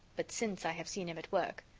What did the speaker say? but since i have seen him at work.